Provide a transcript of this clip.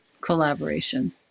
collaboration